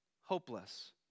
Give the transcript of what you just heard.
hopeless